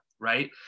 Right